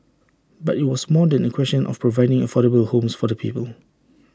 but IT was more than A question of providing affordable homes for the people